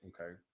Okay